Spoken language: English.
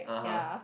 (uh huh)